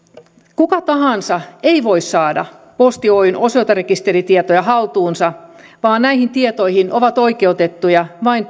kuka tahansa ei voi saada posti oyn osoiterekisteritietoja haltuunsa vaan näihin tietoihin ovat oikeutettuja vain